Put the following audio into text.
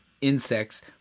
insects